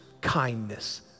kindness